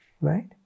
Right